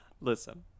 Listen